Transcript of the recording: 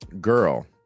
Girl